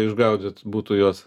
išgaudyti būtų juos